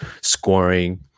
scoring